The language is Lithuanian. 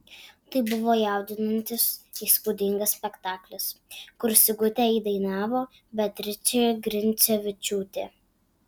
tai buvo jaudinantis įspūdingas spektaklis kur sigutę įdainavo beatričė grincevičiūtė